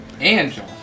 Angel